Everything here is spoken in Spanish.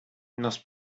nos